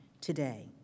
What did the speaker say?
today